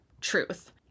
truth